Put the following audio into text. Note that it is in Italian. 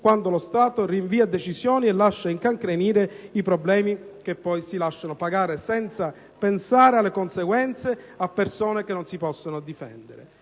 quando lo Stato rinvia decisioni e lascia incancrenire i problemi che poi si lasciano pagare, senza pensare alle conseguenze, a persone che non si possono difendere.